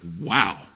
Wow